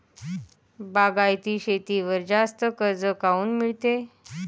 बागायती शेतीवर जास्त कर्ज काऊन मिळते?